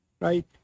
right